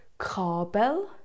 Kabel